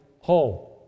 home